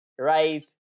right